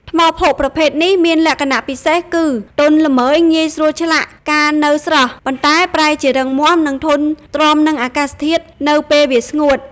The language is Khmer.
ថ្មភក់ប្រភេទនេះមានលក្ខណៈពិសេសគឺ ទន់ល្មើយងាយស្រួលឆ្លាក់កាលនៅស្រស់ ប៉ុន្តែប្រែជារឹងមាំ និងធន់ទ្រាំនឹងអាកាសធាតុនៅពេលវាស្ងួត។